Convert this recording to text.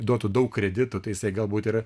duotų daug kreditų tai jisai galbūt yra